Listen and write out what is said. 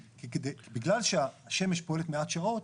בגלל שהשמש פועלת מעט שעות,